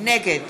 נגד